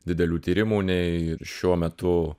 didelių tyrimų nei šiuo metu